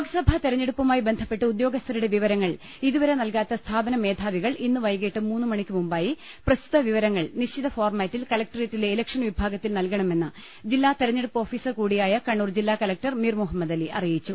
ലോക്സഭാ തെരഞ്ഞെടുപ്പുമായി ബന്ധപ്പെട്ട് ഉദ്യോഗസ്ഥരുടെ വിവരങ്ങൾ ഇതുവരെ നൽകാത്ത സ്ഥാപന മേധാവികൾ ഇന്ന് വൈകിട്ട് മൂന്നു മണിക്കു മുമ്പായി പ്രസ്തുത വിവരങ്ങൾ നിശ്ചിത ഫോർമാറ്റിൽ കലക്ടറേറ്റിലെ ഇലക്ഷൻ വിഭാഗത്തിൽ നൽകണമെന്ന് ജില്ലാ തെരഞ്ഞെടുപ്പ് ഓഫീസർ കൂടിയായ കണ്ണൂർ ജില്ലാ കലക്ടർ മിർ മുഹമ്മദലി അറിയിച്ചു